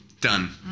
done